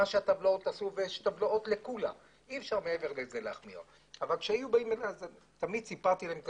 כשהגיעו אליי אנשים עם בקשות, סיפרתי להם על